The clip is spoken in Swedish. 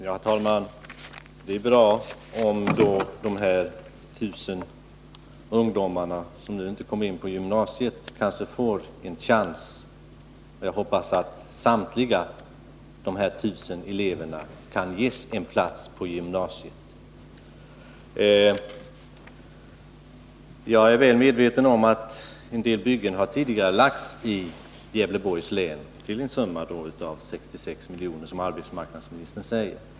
Herr talman! Det är bra om de här 1 000 ungdomarna som nu inte kommer in på gymnasiet kanske ändå får en chans. Jag hoppas att samtliga dessa 1 000 elever kan ges plats på gymnasiet. Jag är väl medveten om att en del byggen har tidigarelagts i Gävleborgs län till en summa av 66 milj.kr., som arbetsmarknadsministern säger.